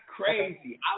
crazy